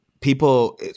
people